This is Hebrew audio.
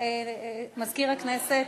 מזכיר הכנסת,